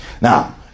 Now